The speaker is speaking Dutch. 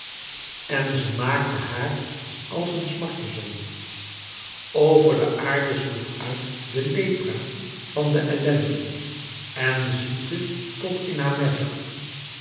en ze maakte haar als een smartezon over de aarde sloeg uit de lepra van de ellende en ziekte tot in